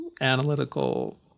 analytical